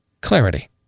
Clarity